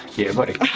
yeah buddy!